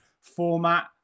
format